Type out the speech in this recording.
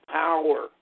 power